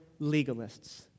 legalists